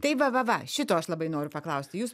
tai va va va šito aš labai noriu paklausti jūs